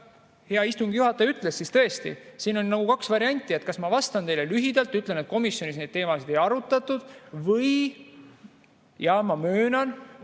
hea istungi juhataja ütles, tõesti, siin on nagu kaks varianti: kas ma vastan teile lühidalt, ütlen, et komisjonis neid teemasid ei arutatud, või – jah, ma möönan,